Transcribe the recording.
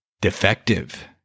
Defective